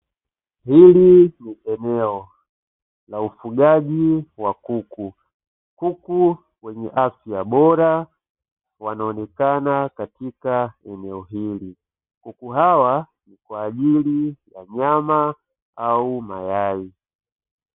Hili ni eneo la ufugaji wa kuku, kuku wenye afya bora wanaonekana katika eneo hili, kuku hawa ni kwa ajili ya nyama au mayai.